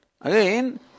Again